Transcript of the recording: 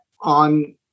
on